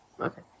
Okay